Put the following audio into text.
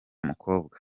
mukobwa